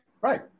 Right